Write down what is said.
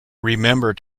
remember